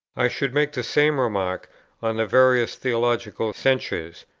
i should make the same remark on the various theological censures,